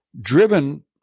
driven